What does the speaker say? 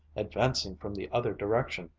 advancing from the other direction,